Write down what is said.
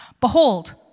Behold